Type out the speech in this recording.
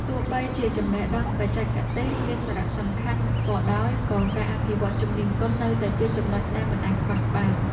ទោះបីជាចំណេះដឹងបច្ចេកទេសមានសារៈសំខាន់ក៏ដោយក៏ការអភិវឌ្ឍជំនាញទន់នៅតែជាចំណុចដែលមិនអាចខ្វះបាន។